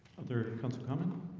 other comes coming